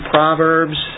Proverbs